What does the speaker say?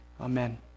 Amen